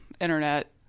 internet